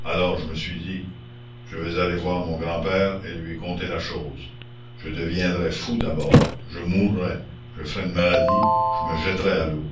alors je me suis dit je vais aller voir mon grand-père et lui conter la chose je deviendrais fou d'abord je mourrais je ferais une maladie je me jetterais à l'eau